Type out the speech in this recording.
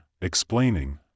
explaining